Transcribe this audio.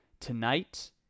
Tonight